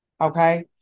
Okay